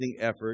effort